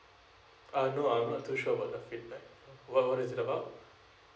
uh I'm not too sure about the feedback what what is it about